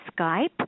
Skype